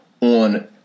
on